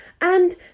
And